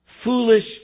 Foolish